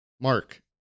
Mark